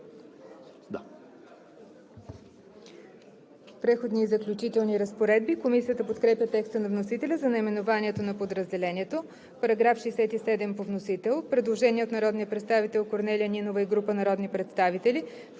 „Преходни и заключителни разпоредби“. Комисията подкрепя текста на вносителя за наименованието на подразделението. По § 67 по вносител има предложение от народния представител Корнелия Нинова и група народни представители: